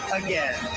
again